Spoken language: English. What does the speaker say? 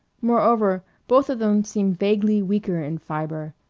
moreover, both of them seemed vaguely weaker in fibre,